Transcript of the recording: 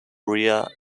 rear